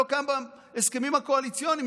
שלא קיים בהסכמים הקואליציוניים.